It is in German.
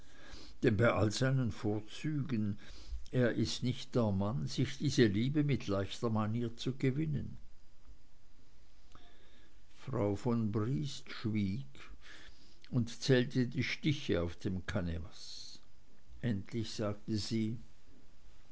all seinen vorzügen er ist nicht der mann sich diese liebe mit leichter manier zu gewinnen frau von briest schwieg und zählte die stiche auf dem kanevas endlich sagte sie